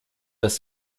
dass